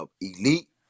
elite